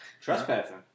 Trespassing